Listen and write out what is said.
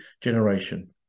generation